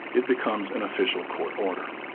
it becomes an official court order.